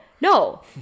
No